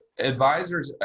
advisors,